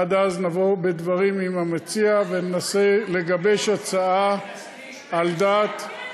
עד אז נבוא בדברים עם המציע וננסה לגבש הצעה על דעת,